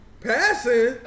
passing